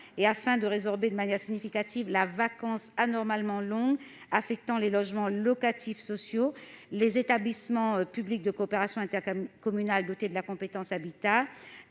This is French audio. et afin de résorber de manière significative la vacance anormalement longue affectant les logements locatifs sociaux, les établissements publics de coopération intercommunale dotés de la compétence habitat